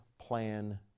plan